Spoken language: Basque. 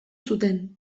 zuten